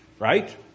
right